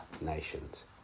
nations